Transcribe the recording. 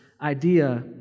idea